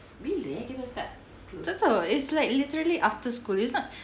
tak tahu it's like literally after school it's not